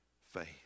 faith